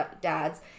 dads